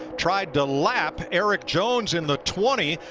tried to lap eric jones in the twenty,